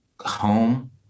home